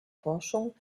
forschung